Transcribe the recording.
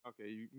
Okay